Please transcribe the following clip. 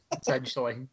essentially